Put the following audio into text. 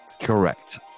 correct